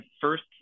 first